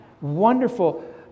wonderful